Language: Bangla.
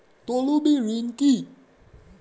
তলবি ঋণ কি?